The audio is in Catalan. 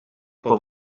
pel